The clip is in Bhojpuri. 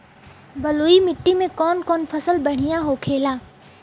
बलुई मिट्टी में कौन कौन फसल बढ़ियां होखेला?